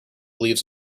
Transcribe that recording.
leaves